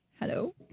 Hello